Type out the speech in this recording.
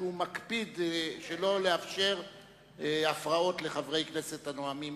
שמקפיד שלא לאפשר הפרעות לחברי הכנסת הנואמים,